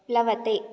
प्लवते